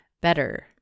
better